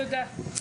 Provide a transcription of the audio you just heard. תודה.